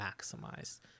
maximized